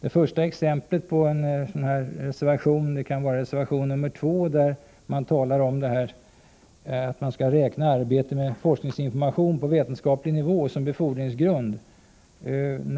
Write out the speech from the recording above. Ett första exempel kan reservation nr 2 få vara, som gäller att man skall få räkna arbete med forskningsinformation på vetenskaplig nivå som befordringsgrund.